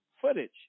footage